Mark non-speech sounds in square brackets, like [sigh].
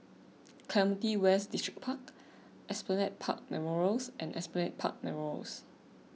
[noise] Clementi West Distripark Esplanade Park Memorials and Esplanade Park Memorials